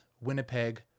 Winnipeg